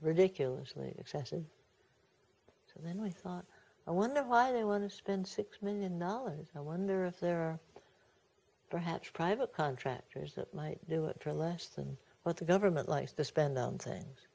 ridiculously excessive and then we thought i wonder why they want to spend six million dollars i wonder if there are perhaps private contractors that might do it turn less than what the government likes to spend on things